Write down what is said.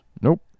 Nope